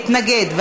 גם גפני, נכון?